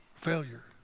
failure